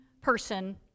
person